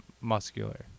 muscular